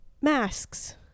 masks